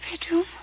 bedroom